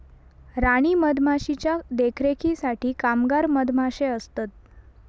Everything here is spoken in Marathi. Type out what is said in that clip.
राणी मधमाशीच्या देखरेखीसाठी कामगार मधमाशे असतत